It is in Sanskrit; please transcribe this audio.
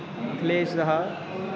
अखिलेश्दः